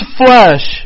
flesh